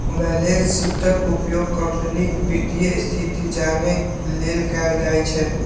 balance शीटक उपयोग कंपनीक वित्तीय स्थिति जानै लेल कैल जाइ छै